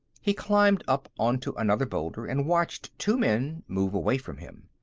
he climbed up onto another boulder and watched two men move away from him.